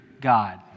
God